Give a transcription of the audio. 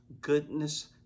goodness